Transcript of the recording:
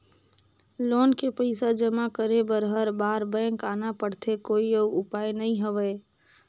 Loan के पईसा जमा करे बर हर बार बैंक आना पड़थे कोई अउ उपाय नइ हवय?